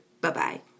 Bye-bye